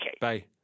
Bye